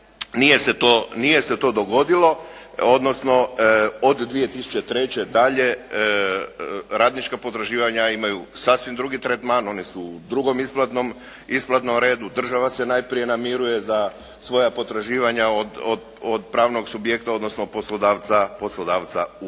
nije se to dogodilo, odnosno od 2003. na dalje, radnička potraživanja imaju sasvim drugi tretman, oni su u drugom isplatnom redu, država se najprije namiruje za svoja potraživanja od pravnog subjekta odnosno poslodavca u